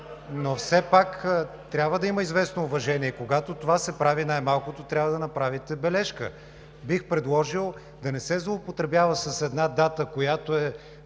…но все пак, трябва да има известно уважение. Когато това се прави, най-малкото трябва да направите бележка. Бих предложил да не се злоупотребява с една дата, която е